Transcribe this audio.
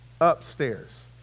upstairs